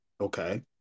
okay